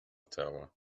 tower